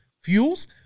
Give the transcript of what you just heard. Fuels